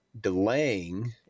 delaying